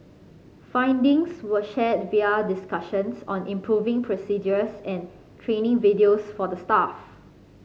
findings were shared via discussions on improving procedures and training videos for the staff